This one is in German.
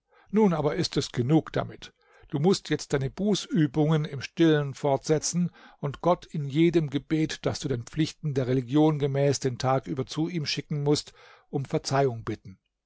nun aber ist es genug damit du muß jetzt deine bußübungen im stillen fortsetzen und gott in jedem gebet das du den pflichten der religion gemäß den tag über zu ihm schicken mußt um verzeihung bitten